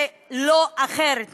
ולא אחרת מזה.